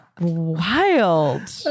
Wild